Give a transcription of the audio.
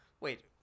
wait